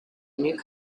new